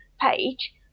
page